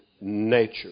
nature